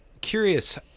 curious